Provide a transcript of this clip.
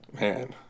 man